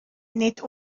nid